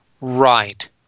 right